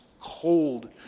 cold